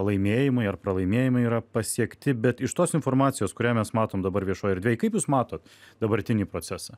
laimėjimai ar pralaimėjimai yra pasiekti bet iš tos informacijos kurią mes matom dabar viešoj erdvėj kaip jūs matot dabartinį procesą